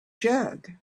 jug